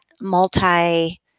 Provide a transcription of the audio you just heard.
multi